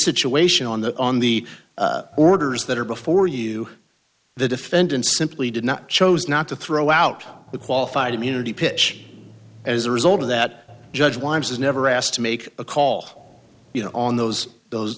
situation on the on the orders that are before you the defendant simply did not chose not to throw out the qualified immunity pitch as a result of that judge why was never asked to make a call you know on those those